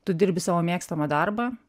tu dirbi savo mėgstamą darbą